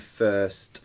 first